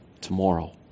tomorrow